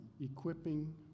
Equipping